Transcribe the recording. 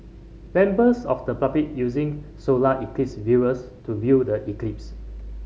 members of the public using solar eclipse viewers to view the eclipse